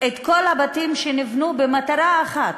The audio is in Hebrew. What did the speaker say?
את כל הבתים שנבנו במטרה אחת,